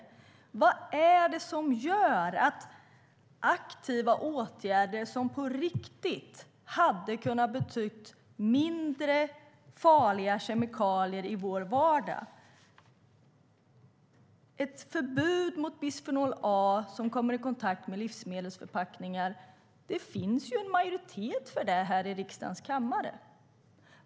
Vad är det som gör att det inte blir aktiva åtgärder som på riktigt hade kunnat betyda färre farliga kemikalier i vår vardag? Det handlar om ett förbud mot bisfenol A i livsmedelsförpackningar som kommer i kontakt med mat. Det finns ju en majoritet för det i riksdagens kammare.